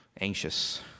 anxious